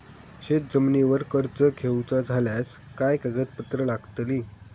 शेत जमिनीवर कर्ज घेऊचा झाल्यास काय कागदपत्र लागतली?